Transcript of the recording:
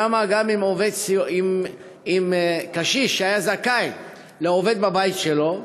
שם, גם אם קשיש היה זכאי לעובד בבית שלו,